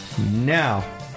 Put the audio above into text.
Now